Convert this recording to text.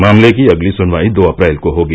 मामले की अगली सुनवाई दो अप्रैल को होगी